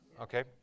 Okay